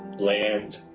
land,